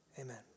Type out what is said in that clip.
amen